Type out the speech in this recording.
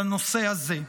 בנושא הזה.